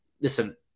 listen